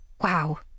Wow